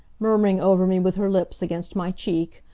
murmuring over me with her lips against my check,